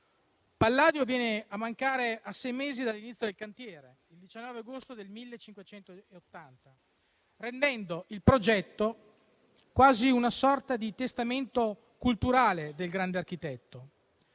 Palladio viene a mancare sei mesi dopo l'inizio del cantiere, il 19 agosto del 1580, rendendo il progetto quasi una sorta di testamento culturale del grande architetto.